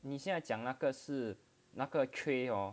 你现在讲那个是那个 tray hor